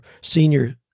senior